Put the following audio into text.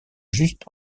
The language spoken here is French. juste